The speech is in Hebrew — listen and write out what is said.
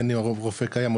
בין אם הרופא קיים,